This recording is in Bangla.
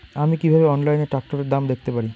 আমি কিভাবে অনলাইনে ট্রাক্টরের দাম দেখতে পারি?